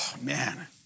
man